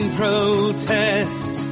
protest